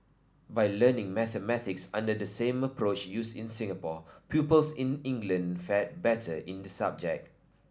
by learning mathematics under the same approach used in Singapore pupils in England fared better in the subject